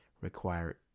require